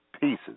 pieces